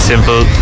Simple